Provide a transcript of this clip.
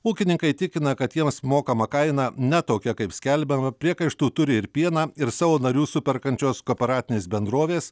ūkininkai tikina kad jiems mokama kaina ne tokia kaip skelbiama priekaištų turi ir pieną ir savo narių superkančios kooperatinės bendrovės